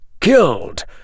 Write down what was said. killed